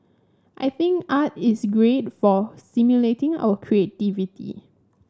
I think art is great for stimulating our creativity